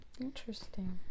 interesting